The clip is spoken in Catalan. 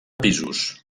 pisos